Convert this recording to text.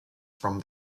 from